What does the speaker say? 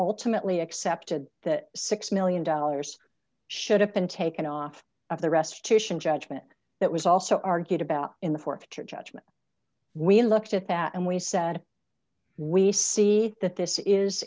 ultimately accepted that six million dollars should have been taken off of the restitution judgment that was also argued about in the forfeiture judgment we looked at that and we said we see that this is